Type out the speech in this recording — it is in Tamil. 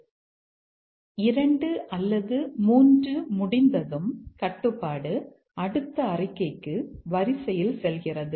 ஆனால் 2 அல்லது 3 முடிந்ததும் கட்டுப்பாடு அடுத்த அறிக்கைக்கு வரிசையில் செல்கிறது